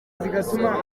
imisoro